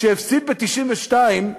כשהפסיד ב-1992,